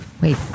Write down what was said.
Wait